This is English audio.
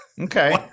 Okay